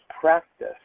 practice